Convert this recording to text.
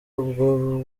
ubwo